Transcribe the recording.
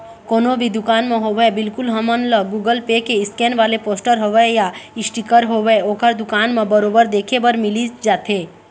कोनो भी दुकान म होवय बिल्कुल हमन ल गुगल पे के स्केन वाले पोस्टर होवय या इसटिकर होवय ओखर दुकान म बरोबर देखे बर मिलिच जाथे